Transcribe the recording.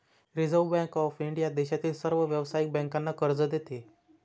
reserve Bank of India देशातील सर्व व्यावसायिक बँकांना कर्ज देते